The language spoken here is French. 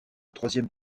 troisième